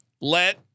let